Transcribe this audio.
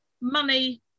money